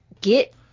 get